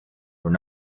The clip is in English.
were